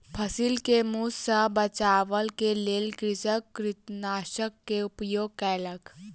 फसिल के मूस सॅ बचाबअ के लेल कृषक कृंतकनाशक के उपयोग केलक